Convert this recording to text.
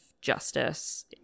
Justice